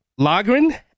Lagren